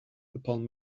upon